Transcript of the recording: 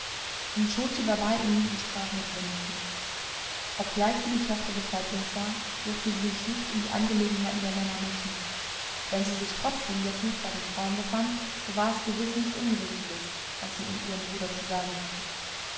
war bei ihnen und sprach mit winnetou obgleich sie die tochter des häuptlings war durfte sie sich nicht in die angelegenheiten der männer mischen wenn sie sich trotzdem jetzt nicht bei den frauen befand so war es gewiß nichts unwichtiges was sie ihrem bruder zu sagen hatte